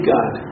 God